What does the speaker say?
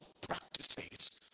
practices